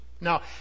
Now